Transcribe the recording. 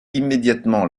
immédiatement